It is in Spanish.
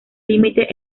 límite